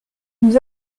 nous